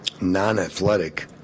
non-athletic